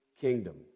kingdom